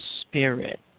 Spirit